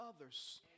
others